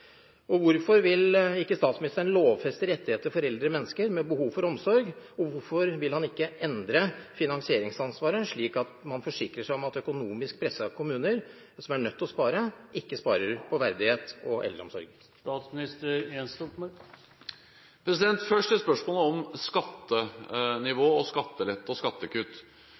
Hvorfor vil ikke statsministeren lovfeste rettigheter for eldre mennesker med behov for omsorg, og hvorfor vil han ikke endre finansieringsansvaret, slik at man forsikrer seg om at økonomisk pressede kommuner som er nødt til å spare, ikke sparer på verdighet og eldreomsorg? Først til spørsmålet om skattenivå, skattelette og skattekutt.